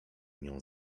nią